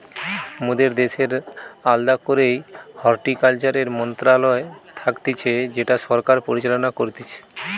মোদের দ্যাশের আলদা করেই হর্টিকালচারের মন্ত্রণালয় থাকতিছে যেটা সরকার পরিচালনা করতিছে